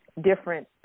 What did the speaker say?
different